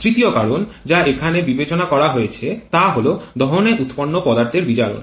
তৃতীয় কারণ যা এখানে বিবেচনা করা হয়েছে তা হল দহনে উৎপন্ন পদার্থের বিয়োজন